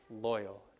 loyal